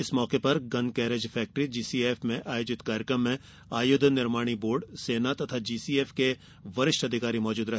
इस मौके पर गन कैरेज फैक्ट्री जीसीएफ में आयोजित कार्यक्रम में आयुध निर्माणी बोर्ड सेना तथा जीसीएफ के वरिष्ठ अधिकारी मौजूद रहे